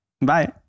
Bye